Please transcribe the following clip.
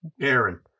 Aaron